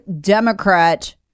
Democrat